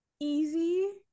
easy